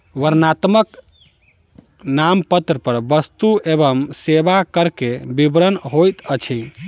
वर्णनात्मक नामपत्र पर वस्तु एवं सेवा कर के विवरण होइत अछि